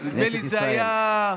נדמה לי שזה היה,